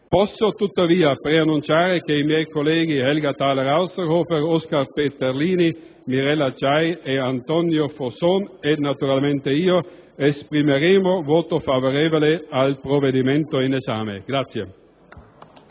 Posso tuttavia preannunciare che i miei colleghi Helga Thaler Ausserhofer, Oskar Peterlini, Mirella Giai, Antonio Fosson ed io esprimeremo voto favorevole al provvedimento in esame.